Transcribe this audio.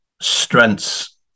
strengths